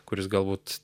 kuris galbūt